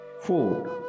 Food